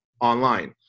online